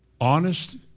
honest